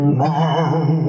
man